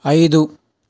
ఐదు